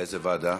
לאיזו ועדה?